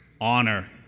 Honor